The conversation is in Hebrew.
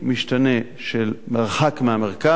משתנה של מרחק מהמרכז,